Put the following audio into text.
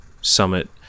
Summit